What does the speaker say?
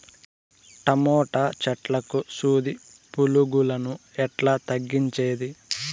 Tomato చెట్లకు సూది పులుగులను ఎట్లా తగ్గించేది?